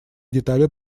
детали